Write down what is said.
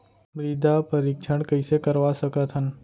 मृदा परीक्षण कइसे करवा सकत हन?